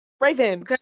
Raven